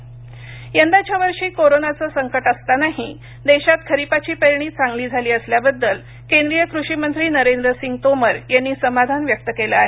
तोमर यंदाच्या वर्षी कोरोनाचं संकट असतानाही देशात खरीपाची पेरणी चांगली झाली असल्याबद्दल केंद्रीय कृषी मंत्री नरेंद्रसिंग तोमर यांनी समाधान व्यक्त केलं आहे